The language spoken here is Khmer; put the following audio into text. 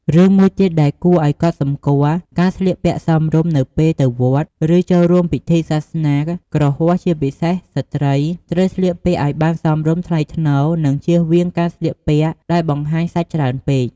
រឿងមួយទៀតដែលគួរអោយកត់សម្គាល់ ការស្លៀកពាក់សមរម្យ នៅពេលទៅវត្ត ឬចូលរួមពិធីសាសនា គ្រហស្ថ ជាពិសេសស្ត្រី ត្រូវស្លៀកពាក់ឲ្យបានសមរម្យ ថ្លៃថ្នូរ និងជៀសវាងការស្លៀកពាក់ដែលបង្ហាញសាច់ច្រើនពេក។